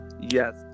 yes